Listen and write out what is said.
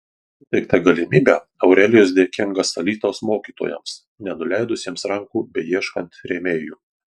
už suteiktą galimybę aurelijus dėkingas alytaus mokytojams nenuleidusiems rankų beieškant rėmėjų